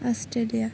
Australia